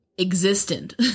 existent